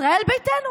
ישראל ביתנו,